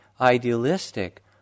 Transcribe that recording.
idealistic